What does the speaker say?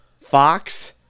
Fox